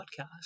podcast